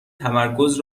تمرکز